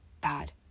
bad